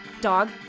Dog